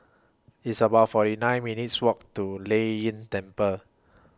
It's about forty nine minutes' Walk to Lei Yin Temple